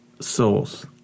souls